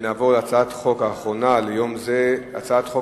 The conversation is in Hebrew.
נעבור להצעת חוק האחרונה ליום זה: הצעת חוק